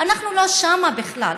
אנחנו לא שם בכלל.